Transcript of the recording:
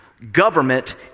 government